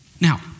Now